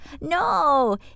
No